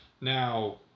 Now